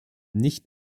nicht